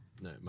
No